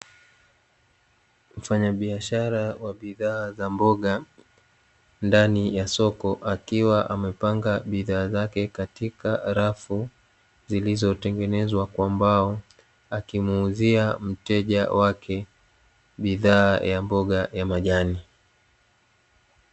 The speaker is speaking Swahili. Mfanyabiashara wa bidhaa za mboga ndani ya soko, akiwa amepanga bidhaa zake katika rafu zilizotengnezwa kwa mbao. Akimuuzia mteja wake, bidhaa ya mboga ya majani.